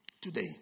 today